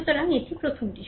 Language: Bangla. সুতরাং এটি প্রথমটি